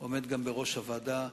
עומד גם בראש הוועדה.